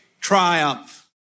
triumph